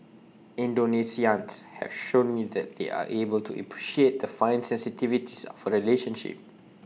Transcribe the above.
Indonesians have shown me that they are able to appreciate the fine sensitivities of A relationship